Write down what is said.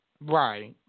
Right